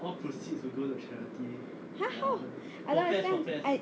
!huh! how I don't understand I